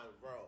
bro